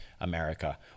America